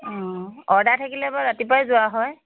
অঁ অৰ্ডাৰ থাকিলে বাৰু ৰাতিপুৱাই যোৱা হয়